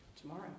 tomorrow